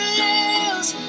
lose